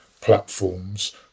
platforms